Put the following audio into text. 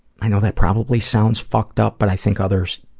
i know that probably sounds fucked up, but i think others,